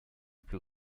plus